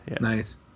Nice